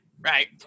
right